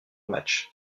match